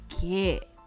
get